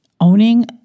owning